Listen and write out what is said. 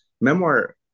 memoir